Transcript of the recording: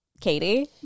Katie